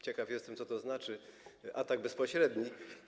Ciekaw jestem, co to znaczy: atak bezpośredni.